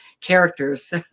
characters